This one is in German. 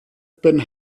ben